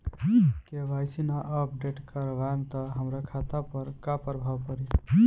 KYC ना update करवाएम त हमार खाता पर का प्रभाव पड़ी?